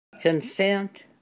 Consent